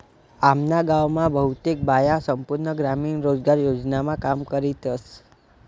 आम्ना गाव मा बहुतेक बाया संपूर्ण ग्रामीण रोजगार योजनामा काम करतीस